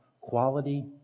quality